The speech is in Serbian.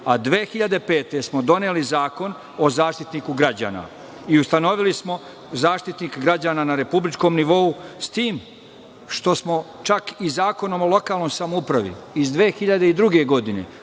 godine smo doneli Zakon o Zaštitniku građana i ustanovili smo Zaštitnik građana na republičkom nivou, s tim što smo čak i Zakonom o lokalnoj samoupravi iz 2002. godine,